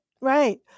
right